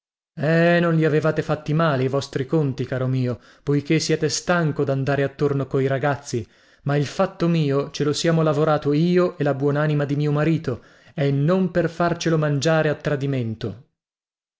eh non li avevate fatti male i vostri conti caro mio poichè siete stanco dandare attorno coi ragazzi ma il fatto mio ce lo siamo lavorato io e la buonanima di mio marito e non per farcelo mangiare a tradimento